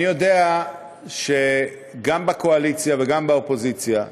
אני יודע שגם בקואליציה וגם באופוזיציה,